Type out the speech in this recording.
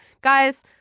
guys